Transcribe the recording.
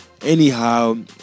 Anyhow